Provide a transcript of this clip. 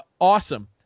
Awesome